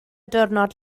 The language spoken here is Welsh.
diwrnod